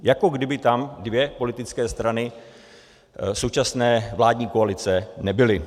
Jako kdyby tam dvě politické strany současné vládní koalice nebyly.